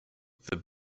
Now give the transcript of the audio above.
the